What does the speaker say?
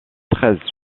treize